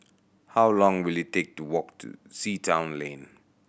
how long will it take to walk to Sea Town Lane